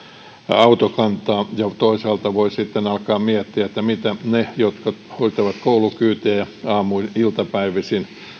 autokantaa ja toisaalta voi sitten alkaa miettiä mitä ne jotka hoitavat koulukyytejä aamuin iltapäivisin